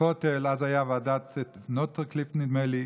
בכותל הייתה אז ועדת לופגרין, נדמה לי.